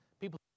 People